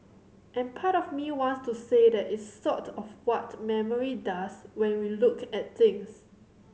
and part of me wants to say that it's sort of what memory does when we look at things